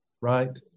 right